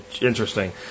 Interesting